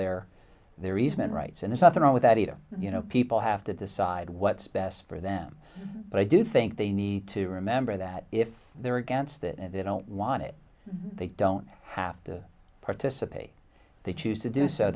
their their easement rights and it's nothing wrong with that either you know people have to decide what's best for them but i do think they need to remember that if they're against it and they don't want it they don't have to participate they choose to do so